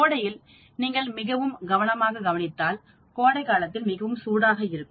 கோடையில் நீங்கள் மிகவும் கவனமாகப் கவனித்தாள் கோடை நேரம் மிகவும் சூடாக இருக்கும்